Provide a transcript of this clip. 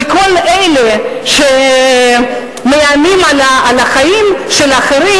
וכל אלה שמאיימים על החיים של אחרים,